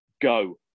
go